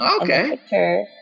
Okay